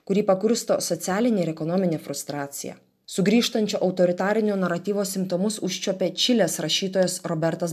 kurį pakursto socialinė ir ekonominė frustracija sugrįžtančio autoritarinio naratyvo simptomus užčiuopia čilės rašytojas robertas